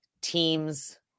teams